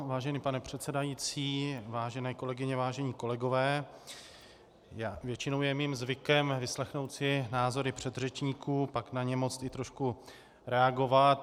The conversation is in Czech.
Vážený pane předsedající, vážené kolegyně, vážení kolegové, většinou je mým zvykem vyslechnout si názory předřečníků, pak na ně moci trošku reagovat.